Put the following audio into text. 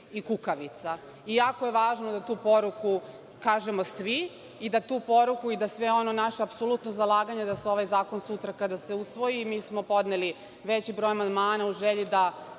Jako je važno da tu poruku kažemo svi i da tu poruku i da sve ono naše apsolutno zalaganje da se ovaj zakon sutra kada se usvoji, i mi smo podneli veći broj amandmana u želji da